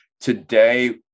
today